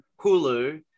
Hulu